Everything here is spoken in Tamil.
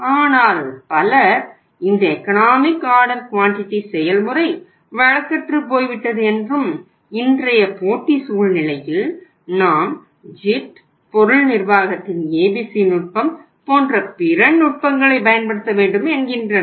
ஆனால் பலர் இந்த எகனாமிக் ஆர்டர் குவான்டிட்டி செயல்முறை வழக்கற்றுப் போய்விட்டது என்றும் இன்றைய போட்டி சூழ்நிலையில் நாம் JIT பொருள் நிர்வாகத்தின் ஏபிசி நுட்பம் போன்ற பிற நுட்பங்களை பயன்படுத்த வேண்டும் என்கின்றனர்